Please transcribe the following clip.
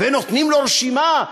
ונותנים לו רשימה,